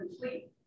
complete